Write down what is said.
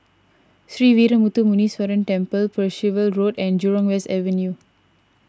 Sree Veeramuthu Muneeswaran Temple Percival Road and Jurong West Avenue